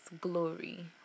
glory